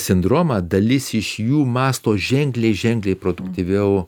sindromą dalis iš jų mąsto ženkliai ženkliai produktyviau